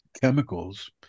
chemicals